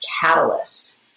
catalyst